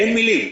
אין מילים.